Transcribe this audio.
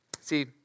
See